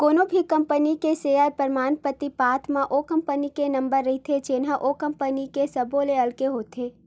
कोनो भी कंपनी के सेयर के परमान पातीच पावत म ओ कंपनी के नंबर रहिथे जेनहा ओ कंपनी के सब्बो ले अलगे होथे